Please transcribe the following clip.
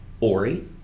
ori